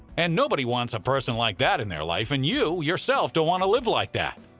and nobody wants a person like that in their life. and you, yourself don't want to live like that